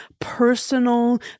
personal